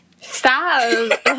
Stop